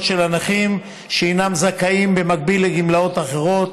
של הנכים שזכאים במקביל לגמלאות אחרות,